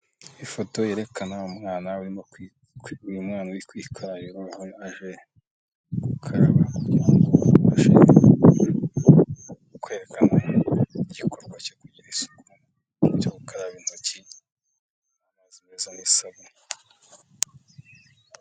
Ifoto yerekana umwana, uyu mwana uri kwika yoro aje gukaraba kugirango ngo abashe kwerekan igikorwa cyo kugira isuku cyo gukaraba intoki amazi meza n'isabune.